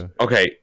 Okay